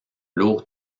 lourd